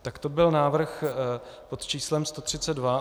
Tak to byl návrh pod číslem 132.